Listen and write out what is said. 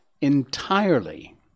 entirely